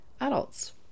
adults